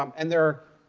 um and there,